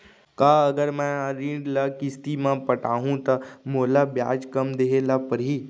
का अगर मैं हा ऋण ल किस्ती म पटाहूँ त मोला ब्याज कम देहे ल परही?